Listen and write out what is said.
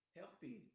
healthy